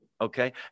okay